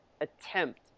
attempt